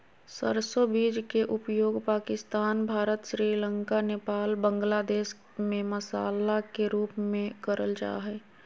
सरसो बीज के उपयोग पाकिस्तान, भारत, श्रीलंका, नेपाल, बांग्लादेश में मसाला के रूप में करल जा हई